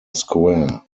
square